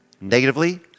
negatively